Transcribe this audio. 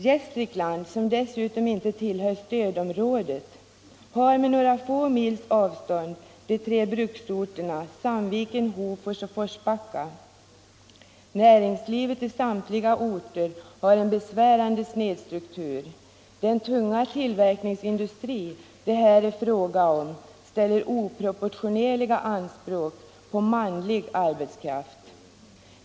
Gästrikland som dessutom inte tillhör stödområdet, har inom några få mils avstånd de tre bruksorterna Sandviken, Hofors och Forsbacka. Näringslivet i samtliga dessa orter har en besvärande snedstruktur. Den tunga tillverkningsindustri det här är fråga om ställer oproportionerliga anspråk på manlig arbetskraft.